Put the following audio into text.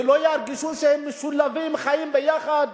ולא ירגישו שהם משולבים, חיים ביחד,